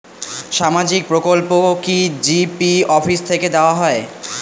সামাজিক প্রকল্প কি জি.পি অফিস থেকে দেওয়া হয়?